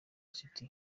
city